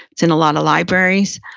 it's in a lot of libraries.